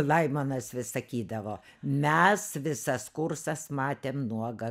laimonas vis sakydavo mes visas kursas matėm nuogą